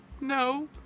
no